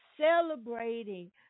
celebrating